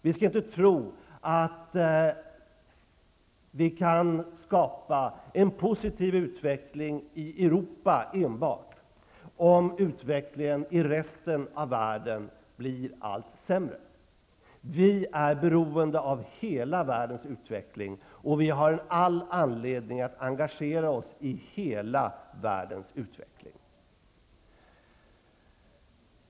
Vi skall inte tro att vi kan skapa en positiv utveckling i Europa enbart, om utvecklingen i resten av världen blir allt sämre. Vi är beroende av hela världens utveckling, och vi har all anledning att engagera oss i hela världens utveckling.